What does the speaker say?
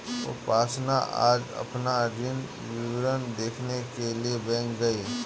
उपासना आज अपना ऋण विवरण देखने के लिए बैंक गई